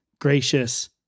gracious